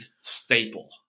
staple